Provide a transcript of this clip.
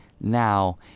now